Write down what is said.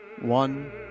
one